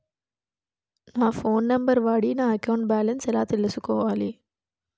నా phone number వాడి నా అకౌంట్ బాలన్స్ ఎలా తెలుసుకోవాలి?